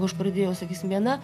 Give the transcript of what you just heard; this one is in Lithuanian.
aš pradėjau sakysim viena